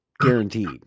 Guaranteed